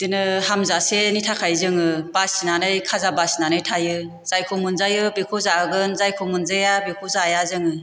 बिदिनो हामजासेनि थाखाय जोङो बासिनानै खाजा बासिनानै थायो जायखौ मोनजायो बेखौ जागोन जायखौ मोनजाया बेखौ जाया जोङो